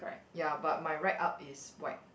ya but my right up is white